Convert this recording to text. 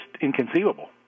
inconceivable